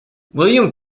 william